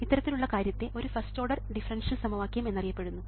ഇത്തരത്തിലുള്ള കാര്യത്തെ ഒരു ഫസ്റ്റ് ഓർഡർ ഡിഫറൻഷ്യൽ സമവാക്യം എന്നറിയപ്പെടുന്നു